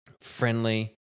friendly